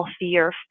healthier